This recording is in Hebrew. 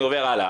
אני עובר הלאה,